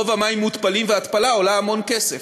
רוב המים מותפלים והתפלה עולה המון כסף.